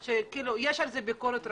יש להם את המצגת,